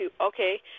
okay